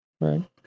Right